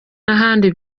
n’ahandi